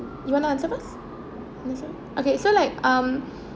you wanna answer first okay so like um